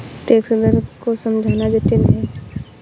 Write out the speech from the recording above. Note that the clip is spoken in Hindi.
टैक्स दर को समझना जटिल है